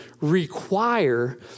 require